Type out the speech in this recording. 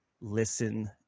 listen